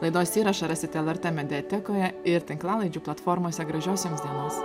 laidos įrašą rasit lrt mediatekoje ir tinklalaidžių platformose gražios jums dienos